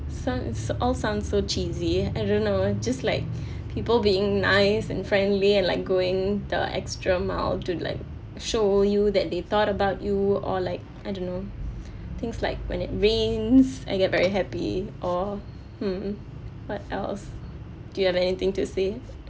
sounds all sounds so cheesy I don't know just like people being nice and friendly and like going the extra mile to like show you that they thought about you or like I don't know things like when it rains I get very happy or hmm what else do you have anything to say